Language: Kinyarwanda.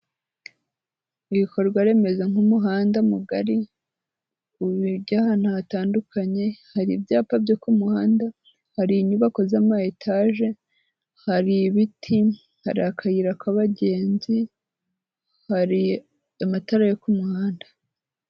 Ibikorwa remezo nk'umuhanda mugari ujya ahantu hatandukanye, hari ibyapa byo ku muhanda, hari inyubako z'amayetaje, hari ibiti, hari akayira k'abagenzi, hari amatara yo ku muhanda.